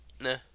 Nah